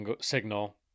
signal